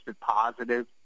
positive